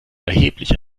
erheblich